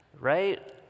Right